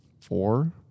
four